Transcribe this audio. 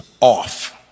off